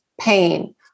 pain